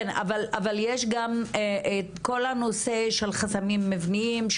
אבל יש גם את כל הנושא של חסמים מבניים.